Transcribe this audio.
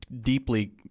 deeply